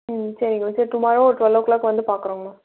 ம் சரிங்க மேம் சரி டுமாரோ ஒரு டுவெல் ஓ கிளாக் பார்க்குறோங்கம்மா